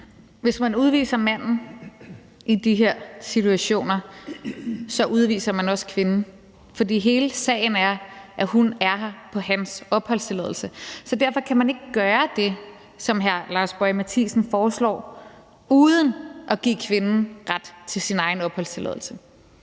Hvis man udviser manden i de her situationer, udviser man også kvinden, for sagen er, at hun er her på hans opholdstilladelse. Så derfor kan man ikke gøre det, som hr. Lars Boje Mathiesen foreslår, uden at give kvinden ret til sin egen opholdstilladelse.